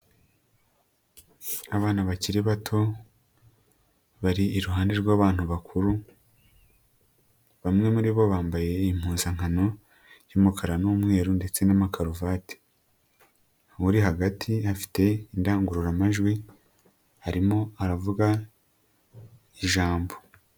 Abana bakiri bato bari iruhande rw'abantu bakuru bamwe muri bo bambaye impuzankano y'umukara n'umweru ndetse n'amakaruvati, uri hagati afite indangururamajwi arimo aravuga ijambo.